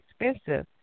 expensive